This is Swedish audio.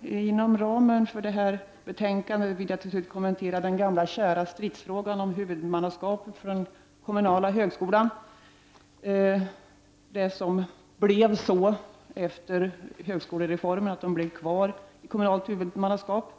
Inom ramen för detta betänkande vill jag till slut kommentera den gamla kära stridsfrågan om huvudmannaskapet för den kommunala högskolan. Efter högskolereformen blev flera utbildningar kvar under kommunalt huvudmannaskap.